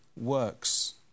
works